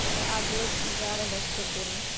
जा रहे है बस किछु देरमे